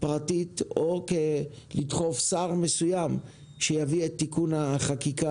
פרטית או לדחוף שר מסוים שיביא את תיקון החקיקה